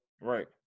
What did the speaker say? Right